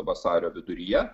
vasario viduryje